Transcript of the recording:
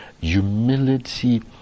humility